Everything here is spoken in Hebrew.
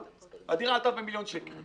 אבל הדירה עלתה במיליון שקל.